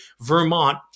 Vermont